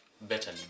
better